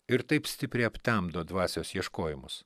ir taip stipriai aptemdo dvasios ieškojimus